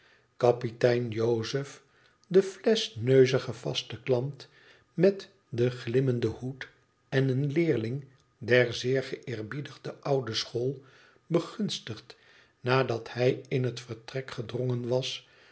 kapitein jozef de flesch neuzige vaste klant met den glimmenden hoed en een leerling der zeer geëerbiedigde oude school begunstigt nadat hij in het vertrek gedrongen was